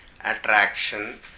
attraction